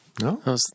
No